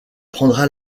prendra